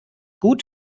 gut